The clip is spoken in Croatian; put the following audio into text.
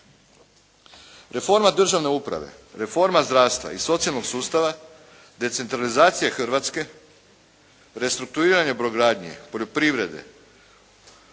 Reforma državne uprave, reforma zdravstva i socijalnog sustava, decentralizacija Hrvatske, restrukturiranje brodogradnje, poljoprivrede,